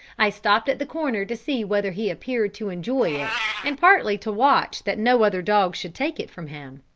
i stopped at the corner to see whether he appeared to enjoy it, and partly to watch that no other dog should take it from him.